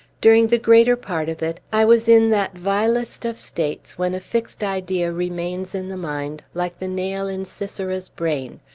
during the greater part of it, i was in that vilest of states when a fixed idea remains in the mind, like the nail in sisera's brain,